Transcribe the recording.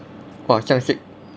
!wah! 这样 strict